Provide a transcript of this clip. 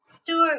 story